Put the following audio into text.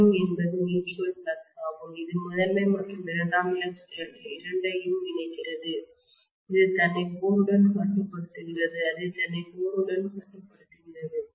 ∅m என்பது mutual flux ஆகும் இது முதன்மை மற்றும் இரண்டாம் நிலை இரண்டையும் இணைக்கிறது இது தன்னை கோருடன் கட்டுப்படுத்துகிறது அது தன்னை கோருடன் கட்டுப்படுத்துகிறது